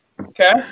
Okay